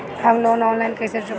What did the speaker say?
हम loan online कइसे चुकाई?